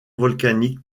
volcaniques